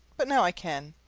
but now i can.